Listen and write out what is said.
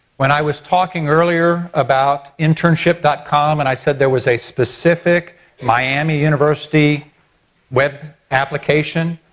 when i was talking earlier about internship dot com and i said there was a specific miami university web application,